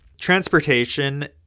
transportation